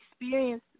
experience